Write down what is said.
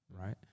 right